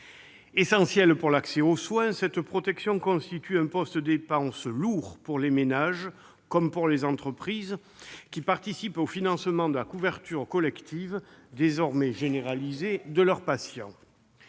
Essentielle pour l'accès aux soins, cette protection constitue un poste de dépense lourd pour les ménages, comme pour les entreprises qui participent au financement de la couverture collective, désormais généralisée, de leurs salariés.